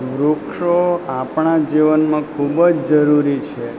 વૃક્ષો આપણાં જીવનમાં ખૂબ જ જરૂરી છે